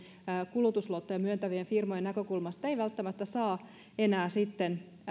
kulutusluottoja myöntävien firmojen näkökulmasta kaikkein riskisimmät asiakkaat eivät välttämättä enää saa